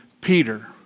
Peter